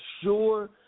sure